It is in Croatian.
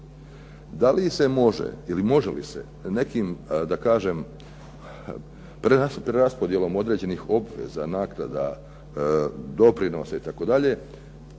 Da li se može nekim preraspodjelom određenih obveza, naknada, doprinosa itd.